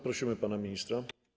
Prosimy pana ministra.